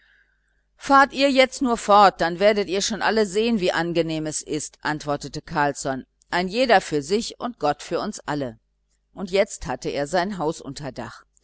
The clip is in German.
fahrt ihr jetzt nur fort dann werdet ihr schon sehen wie angenehm es ist antwortete carlsson ein jeder für sich und gott für uns alle und jetzt hatte er sein haus